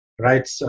right